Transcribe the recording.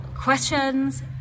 questions